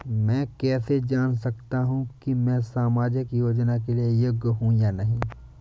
मैं कैसे जान सकता हूँ कि मैं सामाजिक योजना के लिए योग्य हूँ या नहीं?